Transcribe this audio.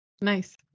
Nice